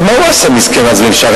עכשיו, מה הוא עשה, מסכן, עזמי בשארה?